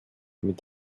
mit